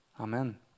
Amen